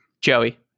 Joey